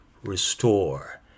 restore